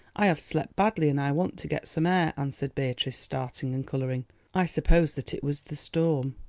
i have slept badly and i want to get some air, answered beatrice, starting and colouring i suppose that it was the storm.